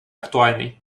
актуальной